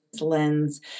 lens